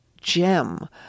gem